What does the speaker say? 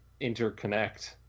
interconnect